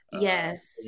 Yes